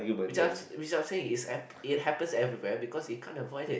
which I've which I'm saying is ap~ it happens everywhere because you can't avoid it